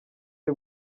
ari